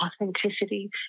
authenticity